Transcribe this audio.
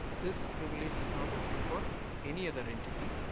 this privilege is not open for any other entity.